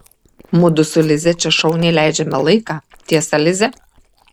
mudu su lize čia šauniai leidžiame laiką tiesa lize